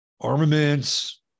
armaments